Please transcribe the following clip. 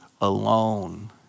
alone